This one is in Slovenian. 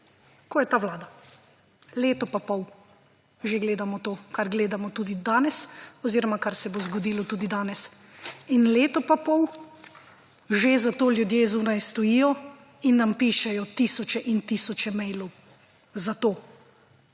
ko je ta vlada. Leto in pol že gledamo to kar gledamo tudi danes oziroma kar se bo zgodilo tudi danes. In leto in pol že zato ljudje zunaj stojijo in nam pišejo tisoče in tisoče mailov. Zato,